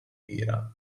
era